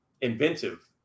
inventive